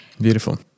beautiful